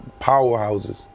powerhouses